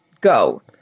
go